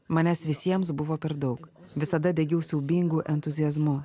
manęs visiems buvo per daug visada degiau siaubingu entuziazmu